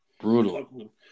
brutal